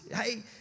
hey